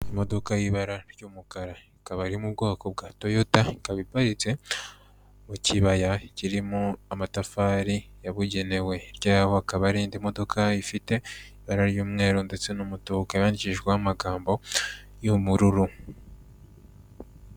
Imodoka y'ibara ry'umukara, ikaba iri mu bwoko bwa Toyota, ikaba iparitse mu kibaya kirimo amatafari yabugenewe. Hirya yaho hakaba hari indi modoka ifite ibara ry'umweru ndetse n'umutuku, ikaba yanditsweho amagambo y'ubururu.